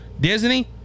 Disney